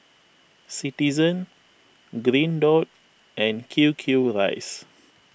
Citizen Green Dot and Q Q Rice